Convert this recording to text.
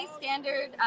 standard